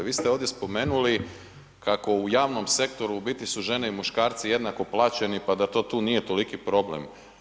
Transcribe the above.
Vi ste ovdje spomenuli kako u javnom sektoru u biti su žene i muškarci jednako plaćeni pa da to tu nije toliki problem.